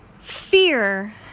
Fear